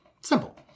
Simple